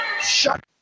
Shut